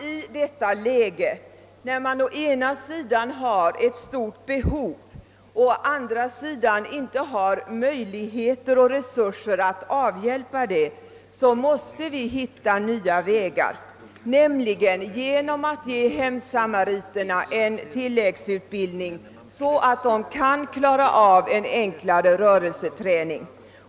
I detta läge — när det å ena sidan finns ett stort behov men å andra sidan saknas resurser för att fylla behovet — anser vi motionärer att det är nödvändigt att finna nya vägar genom att ge hemsamariterna en tilläggsutbildning, så att de kan klara av enklare rörelseträning.